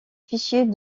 fichiers